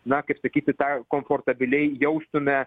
na kaip sakyti tą komfortabiliai jaustume